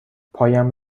پایم